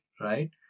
right